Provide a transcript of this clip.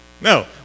No